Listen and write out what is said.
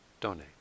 donate